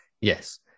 yes